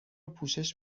پوشش